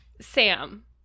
Sam